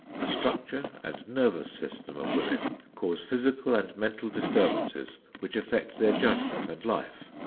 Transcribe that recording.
the structure and nervous system of women cause physical and mental disturbances which affect their judgment and life.